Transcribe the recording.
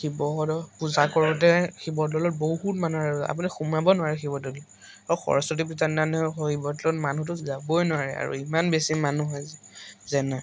পূজা কৰোঁতে শিৱদৌলত বহুত মানুহ আৰু আপুনি সোমাব নোৱাৰে শিৱদৌলত আৰু সৰস্বতী পূজা শিৱদৌলত মানুহটো যাবই নোৱাৰে আৰু ইমান বেছি মানুহ হয়